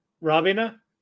Robina